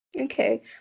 Okay